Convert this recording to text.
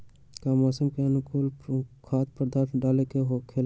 का मौसम के अनुकूल खाद्य पदार्थ डाले के होखेला?